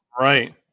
right